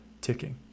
ticking